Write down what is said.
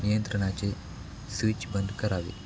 नियंत्रणाचे switch बंद करावे